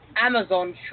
Amazon